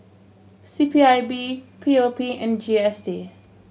C P I B P O P and G S T